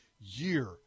year